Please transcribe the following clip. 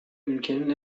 ülkenin